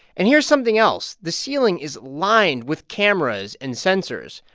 and here's something else. the ceiling is lined with cameras and sensors,